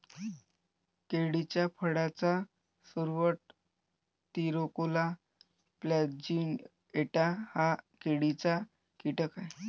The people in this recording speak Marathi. केळीच्या फळाचा सुरवंट, तिराकोला प्लॅजिएटा हा केळीचा कीटक आहे